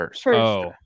First